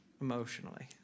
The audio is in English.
emotionally